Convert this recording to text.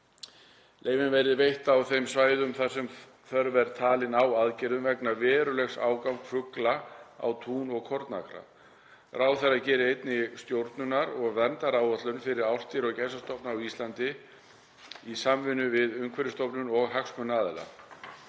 Leyfin verði veitt á þeim svæðum þar sem þörf er talin á aðgerðum vegna verulegs ágangs fugla á tún og kornakra. Ráðherra geri einnig stjórnunar- og verndaráætlun fyrir álftir og gæsastofna á Íslandi í samvinnu við Umhverfisstofnun og hagsmunaaðila.